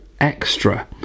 extra